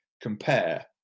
compare